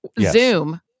Zoom